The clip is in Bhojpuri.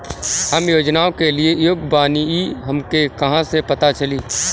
हम योजनाओ के लिए योग्य बानी ई हमके कहाँसे पता चली?